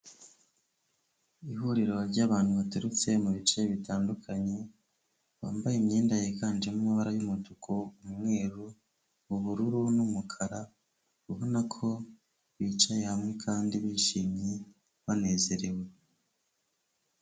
Ihuriro ry'abantu baturutse mu bice bitandukanye, bambaye imyenda yiganjemo amabara y'umutuku, umweru, ubururu n'umukara, ubona ko bicaye hamwe kandi bishimye banezerewe.